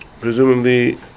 Presumably